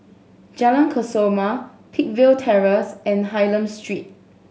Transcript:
Jalan Kesoma Peakville Terrace and Hylam Street